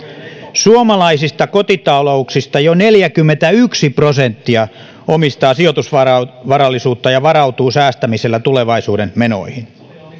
suomalaisista kotitalouksista jo neljäkymmentäyksi prosenttia omistaa sijoitusvarallisuutta ja varautuu säästämisellä tulevaisuuden menoihin